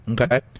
okay